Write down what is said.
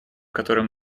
которым